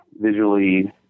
visually